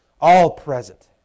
all-present